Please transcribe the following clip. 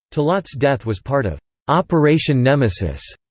talaat's death was part of operation nemesis,